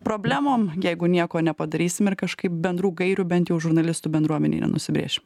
problemom jeigu nieko nepadarysim ir kažkaip bendrų gairių bent jau žurnalistų bendruomenėj nenusibrėš